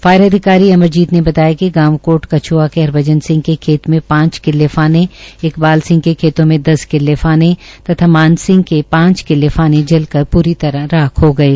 fire अधिकारी अमरजीत ने बताया कि गांव कोट कछ्आ के हरभजन के खेत में पांच किल्ले फाने इकबाल सिंह के खेतों में दस किल्ले फाने तथा मानसिंह के पांच किल्ले फाने जल कर पूरी तरह राख हो गये